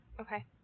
Okay